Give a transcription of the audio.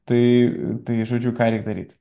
tai žodžiu ką reik daryt